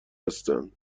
هستند